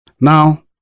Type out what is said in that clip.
Now